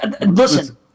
Listen